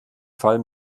fall